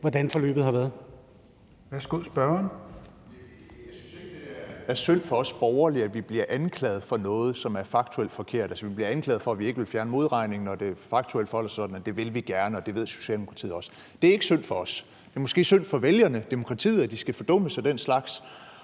16:22 Alex Vanopslagh (LA): Jeg synes ikke, at det er synd for os borgerlige, at vi bliver anklaget for noget, som er faktuelt forkert. Vi bliver anklaget for, at vi ikke vil fjerne modregningen, men faktuelt forholder det sig sådan, at det vil vi gerne, og det ved Socialdemokratiet også godt. Det er ikke synd for os, men det er måske synd for vælgerne og for demokratiet, at de skal fordummes af den slags,